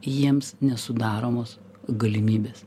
jiems nesudaromos galimybės